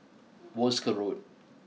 Wolskel Road